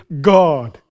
God